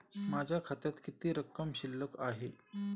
माझ्या खात्यात किती रक्कम शिल्लक आहे?